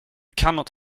cannot